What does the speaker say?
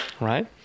right